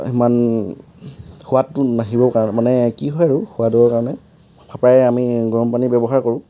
সিমান সোৱাদটো নাহিব কাৰ মানে কি হয় আৰু সোৱাদৰ কাৰণে প্ৰায় আমি গৰম পানী ব্যৱহাৰ কৰোঁ